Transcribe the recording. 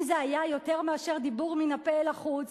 אם זה היה יותר מאשר דיבור מן השפה ולחוץ,